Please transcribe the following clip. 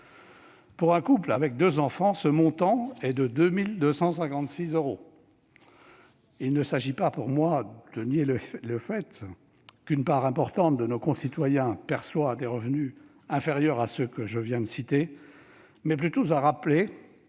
Pour un couple avec deux enfants, ce montant est de 2 256 euros. Il s'agit pour moi non pas de nier le fait qu'une part importante de nos concitoyens perçoit des revenus inférieurs à ceux que je viens de citer, mais plutôt de rappeler que